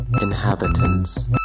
Inhabitants